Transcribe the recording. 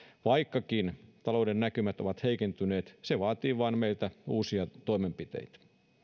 vaikkakin talouden näkymät ovat heikentyneet se vain vaatii meiltä uusia toimenpiteitä